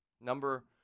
Number